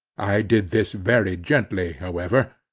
i did this very gently, however,